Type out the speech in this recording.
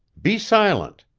be silent.